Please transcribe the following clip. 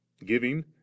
giving